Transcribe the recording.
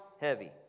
heavy